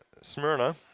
Smyrna